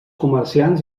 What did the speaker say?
comerciants